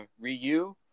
Ryu